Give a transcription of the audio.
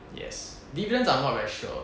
yes dividends I'm not very sure